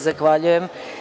Zahvaljujem.